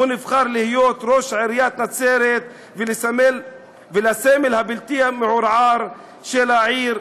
הוא נבחר להיות ראש עיריית נצרת ולסמל הבלתי-מעורער של העיר,